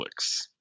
Netflix